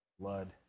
Blood